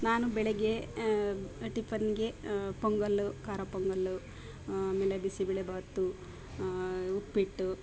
ನಾನು ಬೆಳಗ್ಗೆ ಟಿಫನ್ನಿಗೆ ಪೊಂಗಲ್ಲು ಖಾರ ಪೊಂಗಲ್ಲು ಆಮೇಲೆ ಬಿಸಿ ಬೇಳೆಬಾತು ಉಪ್ಪಿಟ್ಟು